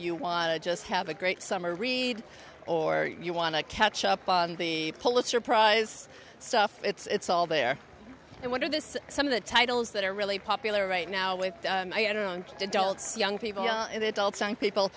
you want to just have a great summer read or you want to catch up on the pulitzer prize so it's all there and wonder this some of the titles that are really popular right now with adults young people in adults and people